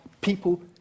people